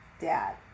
dad